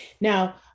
Now